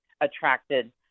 attracted